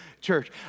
church